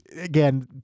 Again